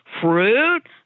fruit